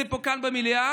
ואם זה כאן במליאה,